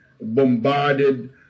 bombarded